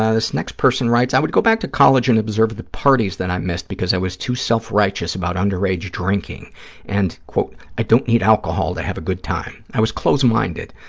this next person writes, i would go back to college and observe the parties that i missed because i was too self-righteous about underage drinking and, quote, i don't need alcohol to have a good time. i was close-minded.